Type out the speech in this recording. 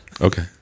Okay